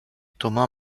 thomas